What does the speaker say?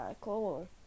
cool